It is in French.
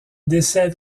décède